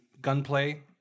gunplay